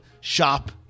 shop